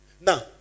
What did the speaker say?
Now